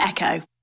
Echo